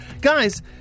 Guys